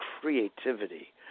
creativity